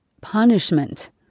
punishment